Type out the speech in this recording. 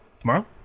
tomorrow